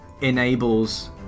enables